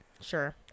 Sure